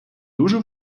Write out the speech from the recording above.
дуже